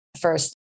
first